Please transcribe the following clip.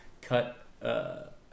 cut